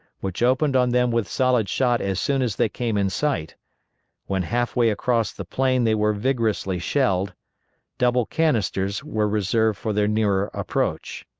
which opened on them with solid shot as soon as they came in sight when half way across the plain they were vigorously shelled double canisters were reserved for their nearer approach.